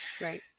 Right